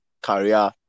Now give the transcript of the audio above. career